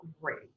great